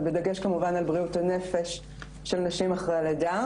ובדגש כמובן על בריאות הנפש של נשים אחרי לידה.